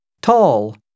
tall